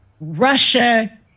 Russia